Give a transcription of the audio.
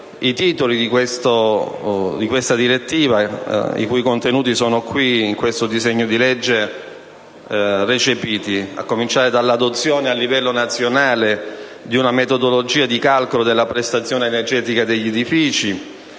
i titoli di questa direttiva, i cui contenuti sono recepiti nel decreto-legge, a cominciare dall'adozione a livello nazionale di una metodologia di calcolo della prestazione energetica degli edifici,